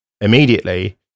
immediately